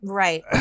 right